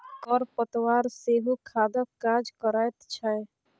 खर पतवार सेहो खादक काज करैत छै